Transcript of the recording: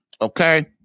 okay